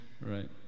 Right